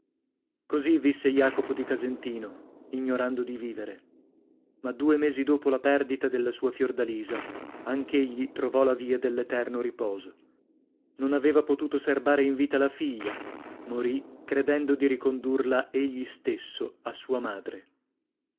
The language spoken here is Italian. così visse jacopo di casentino ignorando di vivere ma due mesi dopo la perdita della sua fiordalisa anch'egli trovò la via dell'eterno riposo non aveva potuto serbare in vita la figlia morì credendo di ricondurla egli stesso a sua madre